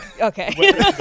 okay